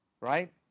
right